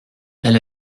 elle